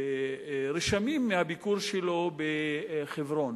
רשמים מהביקור שלו בחברון.